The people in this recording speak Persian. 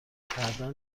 بعدا